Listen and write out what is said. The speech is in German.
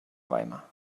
weimar